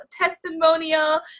testimonial